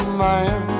man